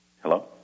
Hello